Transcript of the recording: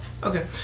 Okay